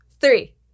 three